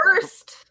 first